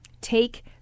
take